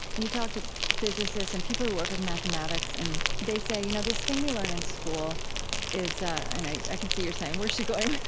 you talk to physicists and people who work with mathematics, and they say, you know this thing we learn in school is i and i can see you're saying, where's she going with